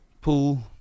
pool